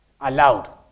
allowed